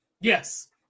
Yes